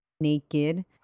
naked